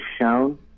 shown